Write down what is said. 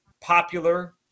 popular